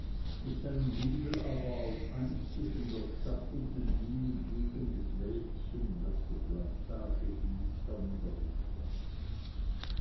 mit seinem giebel aber auf ein zwischen der stadt und den dünen liegendes wäldchen das die plantage hieß